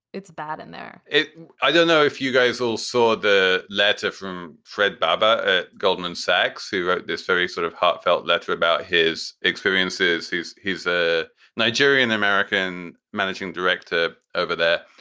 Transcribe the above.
it's bad in there i don't know if you guys all saw the letter from fred barber at goldman sachs who wrote this very sort of heartfelt letter about his experiences. he's he's a nigerian american managing director over there.